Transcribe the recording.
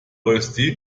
rösti